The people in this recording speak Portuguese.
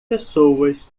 pessoas